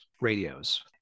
radios